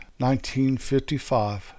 1955